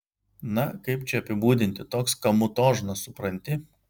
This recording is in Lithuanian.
na kaip čia apibūdinti toks kamutožnas supranti